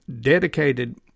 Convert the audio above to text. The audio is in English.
dedicated